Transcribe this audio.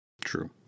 True